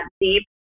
deep